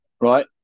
Right